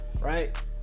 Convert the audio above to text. right